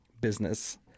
business